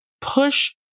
push